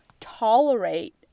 tolerate